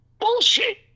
Bullshit